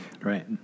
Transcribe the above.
right